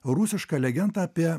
rusišką legendą apie